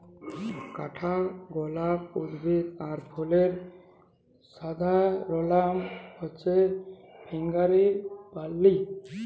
কাঠগলাপ উদ্ভিদ আর ফুলের সাধারণলনাম হচ্যে ফারাঙ্গিপালি